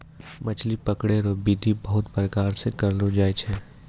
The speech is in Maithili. मछली पकड़ै रो बिधि बहुते प्रकार से करलो जाय छै